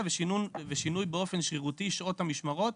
ושינוי באופן שרירותי שעות המשמרות,